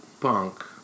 punk